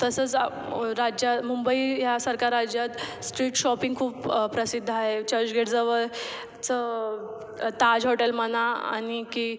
तसंच राज्या मुंबई ह्या सारख्या राज्यात स्ट्रीट शॉपिंग खूप प्रसिद्ध आहे चर्चगेटजवळ चं ताज हॉटेल म्हणा आणि की